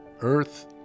Earth